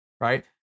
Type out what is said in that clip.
Right